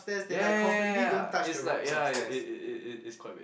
ya ya ya ya ya it's like ya it it it it's quite weird